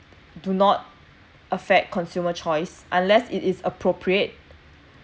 do not affect consumer choice unless it is appropriate